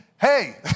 Hey